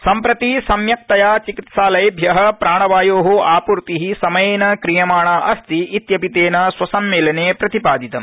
सम्प्रति सम्यक्तया चिकित्सालयधि प्राणवायो आपूर्ति समयप्त क्रियमाणा अस्ति इत्यपि तस्त्विसम्मस्त्रि प्रतिपादितम्